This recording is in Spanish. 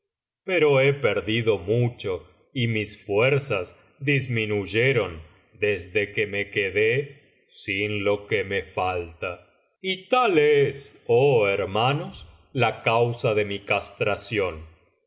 pero he perdido mucho y mis fuerzas disminuyeron desde que me quedé sin lo que me falta y tal es oh hermanos la causa de mi castración